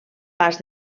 pas